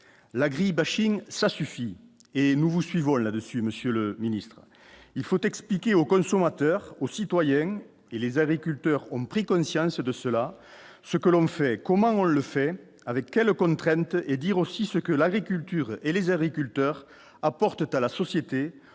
la grille bashing, ça suffit, et nous vous suivons là-dessus monsieur le ministre, il faut expliquer aux consommateurs, aux citoyens et les agriculteurs ont pris conscience de cela, ce que l'on fait, comment on le fait avec quelles contraintes et dire aussi ce que l'agriculture et les agriculteurs à portent à la société,